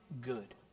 good